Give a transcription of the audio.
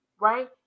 right